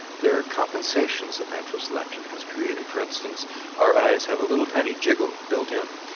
there are compensations that natural selection has created. for instance our eyes have a little tiny jiggle built in.